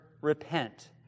repent